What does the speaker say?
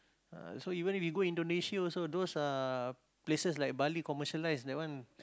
ah so even if you go Indonesia also those uh places like Bali commercialize that one